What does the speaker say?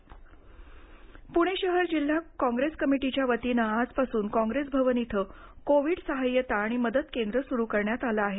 सहाय्यता केंद्र पुणे शहर जिल्हा काँग्रेस कमिटीच्या वतीने आजपासून काँग्रेस भवन इथं कोविड साहाय्यता आणि मदत केंद्र सुरू करण्यात आलं आहे